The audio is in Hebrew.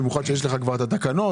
בפרט שכבר יש לך את התקנות.